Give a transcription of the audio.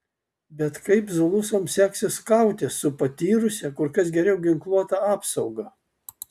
bet kaip zulusams seksis kautis su patyrusia kur kas geriau ginkluota apsauga